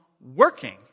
working